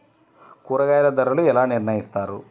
కూరగాయల ధరలు ఎలా నిర్ణయిస్తారు?